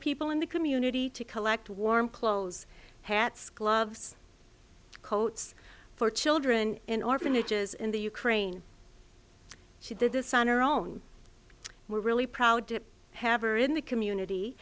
people in the community to collect warm clothes hats gloves coats for children in orphanages in the ukraine she did this on her own we're really proud to have are in the community